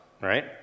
right